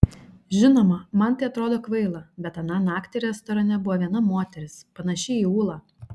žinoma man tai atrodo kvaila bet aną naktį restorane buvo viena moteris panaši į ūlą